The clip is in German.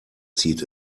zieht